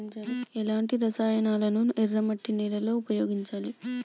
ఎలాంటి రసాయనాలను ఎర్ర మట్టి నేల లో ఉపయోగించాలి?